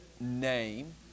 name